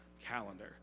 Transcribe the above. calendar